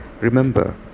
remember